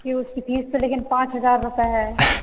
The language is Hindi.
जी उसकी फीस तो लेकिन पाँच हजार रुपए है